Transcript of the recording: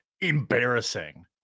embarrassing